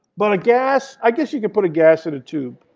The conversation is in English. but a gas, i guess you could put a gas in a tube.